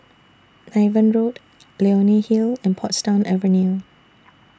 Niven Road Leonie Hill and Portsdown Avenue